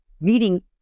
meeting